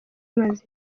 imaze